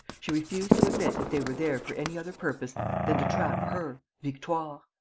she refused to admit that they were there for any other purpose than to trap her, victoire.